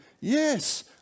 Yes